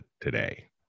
today